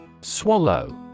Swallow